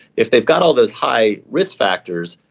if they've got all those high risk factors,